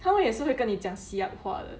他们也是会跟你讲 siap 话的